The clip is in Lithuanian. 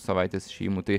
savaitės išėjimų tai